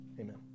Amen